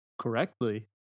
correctly